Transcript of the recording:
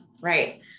Right